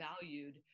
valued